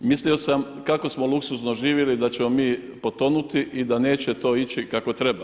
Mislio sam kako smo luksuzno živjeli da ćemo mi potonuti i da neće to ići kako treba.